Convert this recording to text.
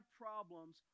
problems